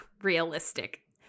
realistic